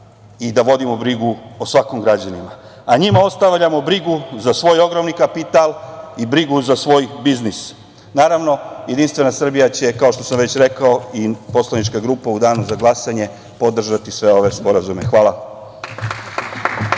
i da vodimo brigu o svakom građaninu, a njima ostavljamo brigu za svoj ogromni kapital i brigu za svoj biznis. Naravno, Jedinstvena Srbija će, kao što sam već rekao, poslanička grupa u Danu za glasanje podržati sve ove sporazume. Hvala.